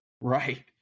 Right